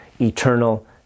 eternal